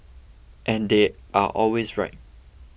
and they are always right